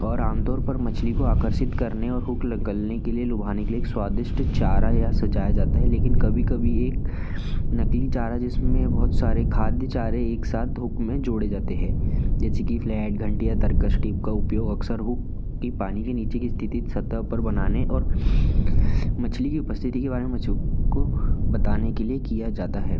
और आमतौर पर मछली को आकर्षित करने और हुक निगलने के लिए लुभाने के लिए एक स्वादिष्ट चारा यह सजाया जाता है लेकिन कभी कभी एक नकली चारा जिसमें बहुत सारे खाद्य चारे एक साथ हुक में जोड़े जाते हैं जैसे कि फ्लैट घंटी या तरकश टिप का उपयोग अक्सर हुक की पानी के नीचे की स्थित सतह पर बनाने और मछली की उपस्थिति के बारे में मछुक को बताने के लिए किया जाता है